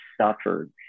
suffered